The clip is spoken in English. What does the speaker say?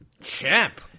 Champ